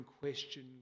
question